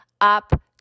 Up